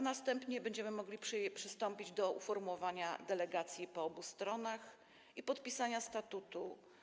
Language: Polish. Następnie będziemy mogli przystąpić do uformowania delegacji po obu stronach i podpisania statutu.